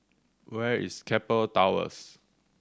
where is Keppel Towers